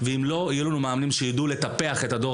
אם לא יהיו לנו מאמנים שיידעו לטפח את הדור